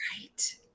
Right